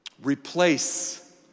replace